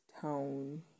town